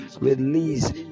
Release